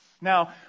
Now